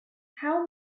how